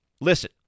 listen